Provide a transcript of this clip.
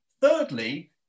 Thirdly